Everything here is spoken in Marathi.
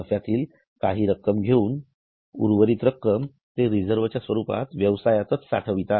नफ्यातील काही रक्कम घेऊन उरलेली रक्कम ते रिझर्व्हच्या स्वरूपात व्यवसायात साठवितात